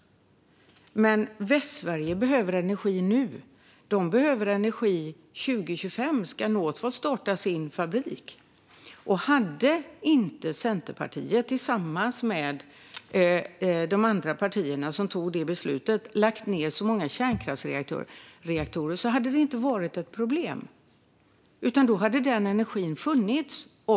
Men Västsverige behöver energi nu. År 2025 ska Northvolt starta sin fabrik. Om inte Centerpartiet hade fattat beslutet att lägga ned så många kärnkraftsreaktorer tillsammans med de andra partierna som fattade det beslutet hade det inte varit ett problem. Då hade energin funnits.